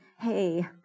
hey